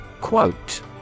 Quote